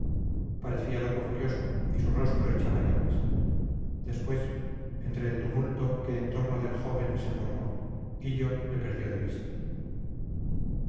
parecía loco furioso y su rostro echaba llamas después entre el tumulto que en torno del joven se formó hillo le perdió de vista